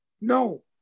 No